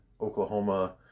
Oklahoma